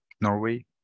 Norway